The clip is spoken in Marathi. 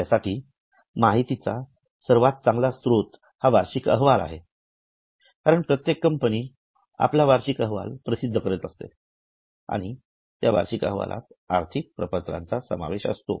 आपल्यासाठी माहितीचा सर्वात चांगला स्त्रोत हा वार्षिक अहवाल आहे कारण प्रत्येक कंपनी आपला वार्षिक अहवालासह प्रसिद्ध करत असते आणि त्या वार्षिक अहवालात आर्थिक प्रपत्रांचा समावेश असतो